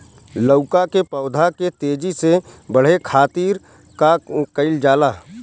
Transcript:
लउका के पौधा के तेजी से बढ़े खातीर का कइल जाला?